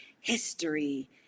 history